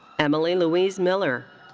emily louise miller.